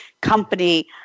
company